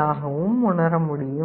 துல்லியமாகவும் உணர முடியும்